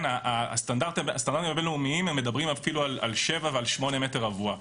הסטנדרטים הבין-לאומיים מדברים על 7 מ"ר ועל 8 מ"ר.